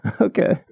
Okay